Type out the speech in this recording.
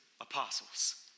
apostles